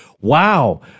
wow